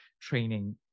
training